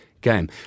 game